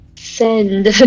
Send